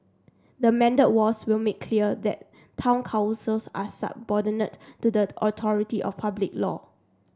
the amended laws will make clear that town councils are subordinate to the authority of public law